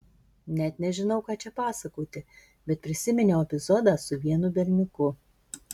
net nežinau ką čia pasakoti bet prisiminiau epizodą su vienu berniuku